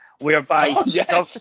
whereby